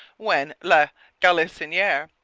when la galissoniere,